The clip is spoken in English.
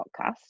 podcast